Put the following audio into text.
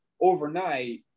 overnight